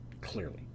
Clearly